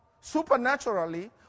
supernaturally